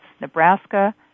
Nebraska